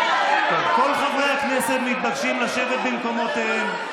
כל חברי הכנסת מתבקשים לשבת במקומותיהם.